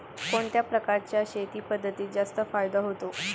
कोणत्या प्रकारच्या शेती पद्धतीत जास्त फायदा होतो?